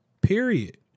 Period